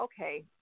okay